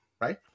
right